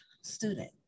student